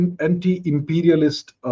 anti-imperialist